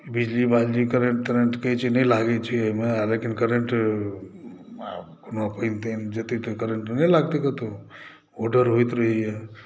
बिजली बाजली करेन्ट तरेन्टसभ कहैत छै नहि लागैत छै एहिमे लेकिन करेन्ट कोनो पानि तानि जेतै तऽ करेन्ट नहि लगतै कतहु ओ डर होइत रहैए